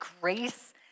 grace